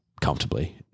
comfortably